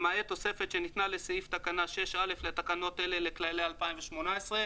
למעט תוספת שניתנה לסעיף תקנה 6(א) לתקנות אלה לכללי 2018,